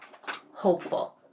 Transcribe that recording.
hopeful